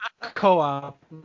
Co-op